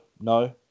No